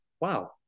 wow